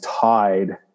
tied